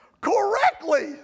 correctly